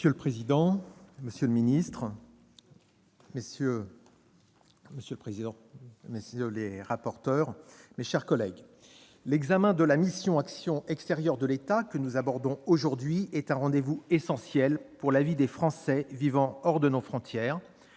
Monsieur le président, monsieur le ministre, mes chers collègues, l'examen de la mission « Action extérieure de l'État » que nous abordons aujourd'hui est un rendez-vous essentiel pour la vie des Français vivant hors de nos frontières,